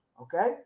okay